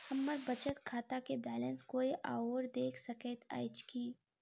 हम्मर बचत खाता केँ बैलेंस कोय आओर देख सकैत अछि की